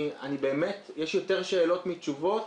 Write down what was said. יש יותר שאלות מתשובות.